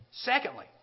Secondly